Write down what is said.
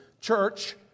church